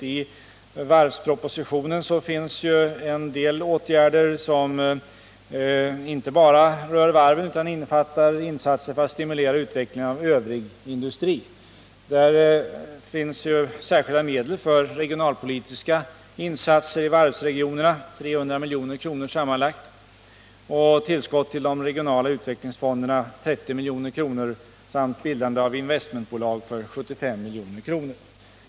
I varvspropositionen finns en del åtgärder som inte bara rör varven utan även omfattar insatser för att stimulera utvecklingen av övrig industri. Där finns särskilda medel för regionalpolitiska insatser i varvsregionerna uppgående till sammanlagt 300 milj.kr., vidare tillskott till de regionala utvecklingsfonderna på 30 milj.kr. samt 75 milj.kr. för bildande av investmentbolag.